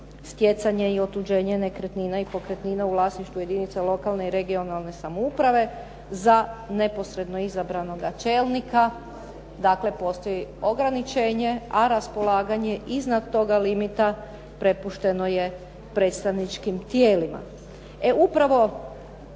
stjecanje i otuđenje nekretnina i pokretnina u vlasništvu jedinica lokalne i regionalne samouprave za neposredno izabranoga čelnika, dakle postoji ograničenje a raspolaganje iznad toga limita prepušteno je predstavničkim tijelima.